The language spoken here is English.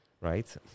right